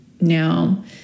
Now